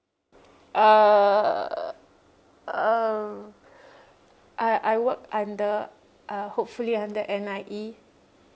uh uh I I work under uh hopefully under N_I_E